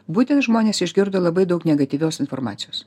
būtent žmonės išgirdo labai daug negatyvios informacijos